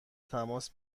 تماس